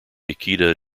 ikeda